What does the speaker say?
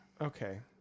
Okay